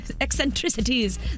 Eccentricities